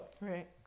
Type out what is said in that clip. Right